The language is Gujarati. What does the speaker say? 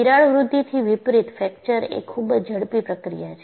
તિરાડ વૃદ્ધિથી વિપરીત ફ્રેક્ચર એ ખૂબ જ ઝડપી પ્રક્રિયા છે